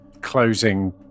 closing